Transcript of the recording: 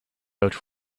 vouch